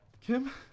Kim